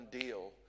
deal